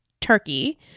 turkey